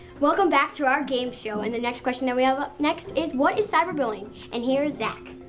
welcome back to our game show. and the next question that we have up next is what is cyber bullying? and here is zach.